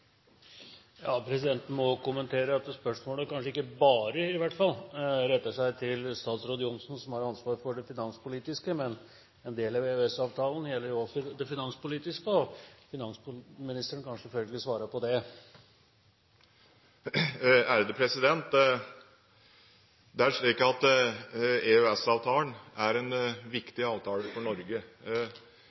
Presidenten må kommentere at spørsmålet kanskje ikke bare retter seg til statsråd Johnsen, som har ansvar for det finanspolitiske. Men en del av EØS-avtalen gjelder jo også det finanspolitiske, og finansministeren kan selvfølgelig svare på det. EØS-avtalen er en viktig avtale for Norge. Etter mitt syn er det ingen tvil om at